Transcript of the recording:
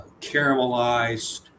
caramelized